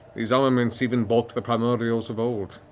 these elements even balked the primordials of old,